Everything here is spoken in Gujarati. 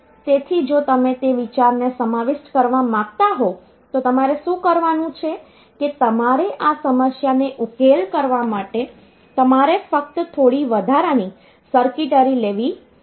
તેથી જો તમે તે વિચારને સમાવિષ્ટ કરવા માંગતા હોવ તો તમારે શું કરવાનું છે કે તમારે આ સમસ્યાને ઉકેલવા માટે તમારે ફક્ત થોડી વધારાની સર્કિટરી લેવી પડશે